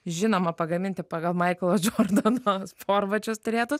žinoma pagaminti pagal maiklo džordano sportbačius turėtus